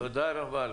תודה רבה לך.